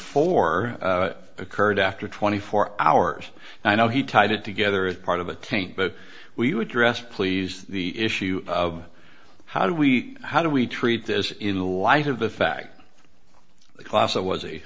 four occurred after twenty four hours and i know he tied it together as part of a team but we would dress please the issue of how do we how do we treat this in light of the fact class i was